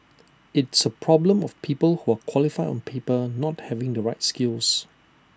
it's A problem of people who are qualified on paper not having the right skills